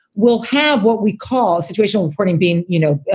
we'll have what we call situational reporting being, you know,